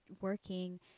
working